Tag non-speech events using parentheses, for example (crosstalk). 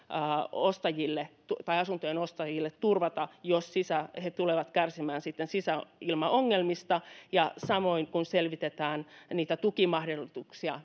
tai asuntojen ostajille turvata jos he sitten tulevat kärsimään sisäilmaongelmista samoin selvitetään niitä tukimahdollisuuksia (unintelligible)